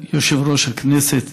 יושב-ראש הישיבה,